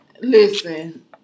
listen